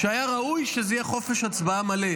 היה ראוי שזה יהיה חופש הצבעה מלא.